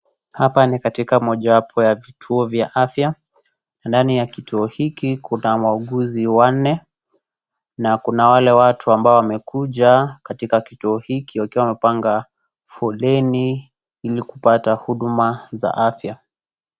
Hapa ni katika mojawapo ya vituo vya afya. Ndani ya kituo hiki kuna wauguzi wanne na kuna wale watu ambao wamekuja katika kituo hiki wakiwa wamepanga foleni Ili kupata huduma za afya.